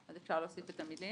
אז אפשר להוסיף את המלים.